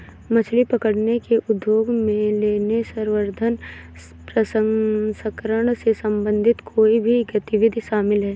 मछली पकड़ने के उद्योग में लेने, संवर्धन, प्रसंस्करण से संबंधित कोई भी गतिविधि शामिल है